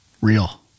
Real